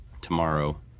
tomorrow